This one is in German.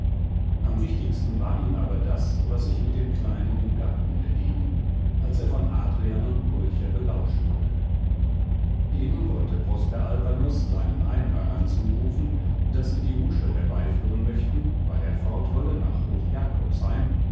am wichtigsten war ihm aber das was sich mit dem kleinen im garten begeben als er von adrian und pulcher belauscht wurde eben wollte prosper alpanus seinen einhörnern zurufen daß sie die muschel herbeiführen möchten weil er fort wolle nach hoch jakobsheim